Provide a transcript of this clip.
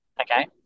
Okay